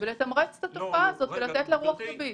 לתמרץ את התופעה הזאת, לתת לה רוח גבית.